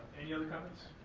any other comments?